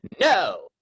no